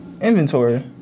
Inventory